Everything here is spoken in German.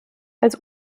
als